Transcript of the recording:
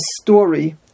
story